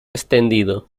extendido